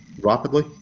rapidly